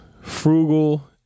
frugal